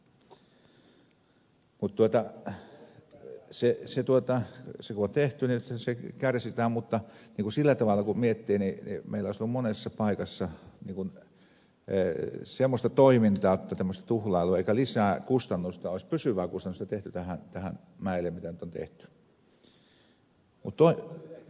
mutta se kun on tehty niin se kärsitään mutta sillä tavalla kun miettii niin meillä olisi ollut monessa paikassa semmoista toimintaa jotta tämmöistä tuhlailua eikä lisää pysyvää kustannusta olisi tehty tähän mäelle mitä nyt on tehty